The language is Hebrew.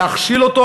להכשיל אותו,